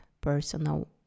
personal